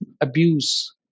abuse